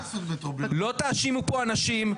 לא תאשימו פה אנשים,